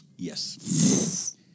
Yes